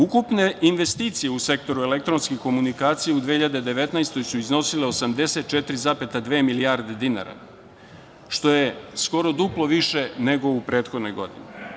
Ukupne investicije u sektoru elektronskih komunikacija u 2019. godini su iznosile 84,2 milijarde dinara, što je skoro duplo više nego u prethodnoj godini.